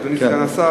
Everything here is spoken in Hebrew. אדוני סגן השר,